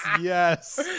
yes